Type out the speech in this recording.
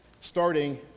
starting